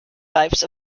types